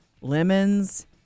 lemons